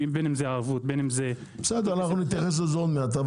בין אם זה ערבות- -- נתייחס לזה עוד מעט.